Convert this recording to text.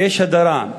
ויש הדרה,